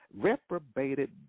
reprobated